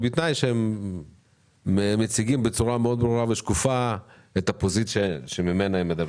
ובתנאי שהם מציגים בצורה מאוד ברורה ושקופה את הפוזיציה ממנה את מדברים.